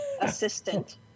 assistant